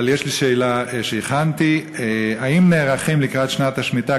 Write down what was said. אבל יש לי שאלה שהכנתי: האם נערכים לקראת שנת השמיטה